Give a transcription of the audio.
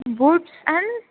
boots and